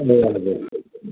ए हजुर हजुर